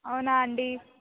అవునా అండి